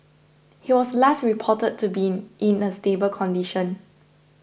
he was last reported to be in a stable condition